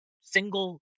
single